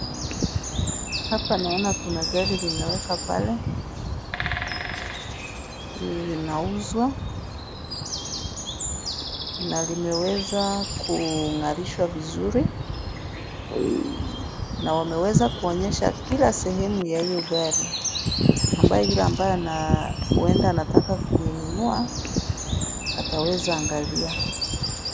Hapa naona kuna gari limewekwa pale. Linauzwa na limeweza kung'arishwa vizuri na wameweza kuonyesha kila sehemu ya hiyo gari ambayo yule ambaye huenda anataka kuinunua ataweza angalia.